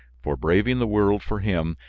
for braving the world for him,